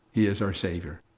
he is our savior.